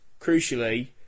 crucially